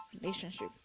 relationship